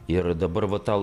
ir dabar va tą